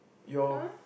your